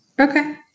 Okay